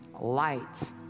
light